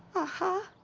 aha